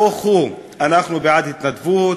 נהפוך הוא, אנחנו בעד התנדבות,